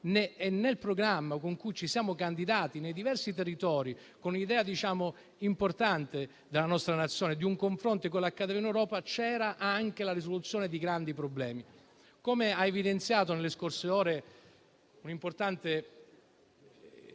Nel programma con cui ci siamo candidati nei diversi territori, con un'idea importante della nostra Nazione e di un confronto con quello che accadeva in Europa, c'era anche la risoluzione di grandi problemi. Un'importante rappresentante